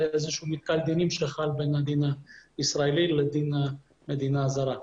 זה איזה שהוא מתקל דינים שחל בין הדין הישראלי לדין המדינה הזרה.